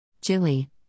Jilly